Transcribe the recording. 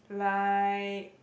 like